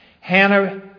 Hannah